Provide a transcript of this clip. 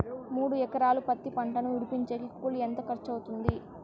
మూడు ఎకరాలు పత్తి పంటను విడిపించేకి కూలి ఎంత ఖర్చు అవుతుంది?